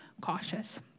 cautious